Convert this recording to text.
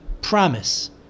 promise